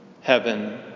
heaven